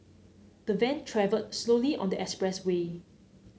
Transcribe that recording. the van travelled slowly on the expressway